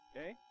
Okay